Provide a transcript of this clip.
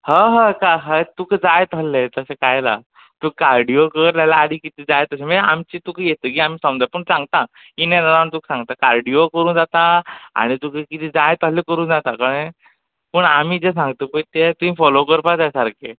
हां हां तुका जाय तसलें तशें कांय ना तूं कार्डिओ कर ना जाल्यार तुका कितें जाय तशें म्हळ्यार आमचें तुका येल म्हणटकीर आमी तुका समजावून सांगता इन अॅन्ड अरावंड तुका सांगता कार्डिओ करूं जाता आनी तुका कितें जाय तसलें करूं जाता कळ्ळें पूण आमी जें सांगता पळय तें तुमी फोलो करपाक जाय सारकें